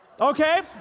Okay